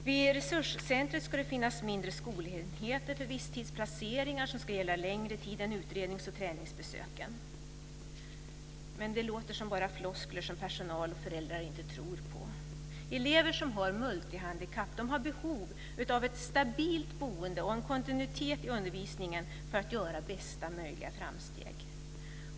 Vid resurscentret ska det finnas mindre skolenheter för visstidsplaceringar som ska gälla längre tid än för utrednings och träningsbesöken. Men det låter bara som floskler som personal och föräldrar inte tror på. Elever som har multihandikapp har behov av ett stabilt boende och en kontinuitet i undervisningen för att göra bästa möjliga framsteg.